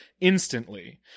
instantly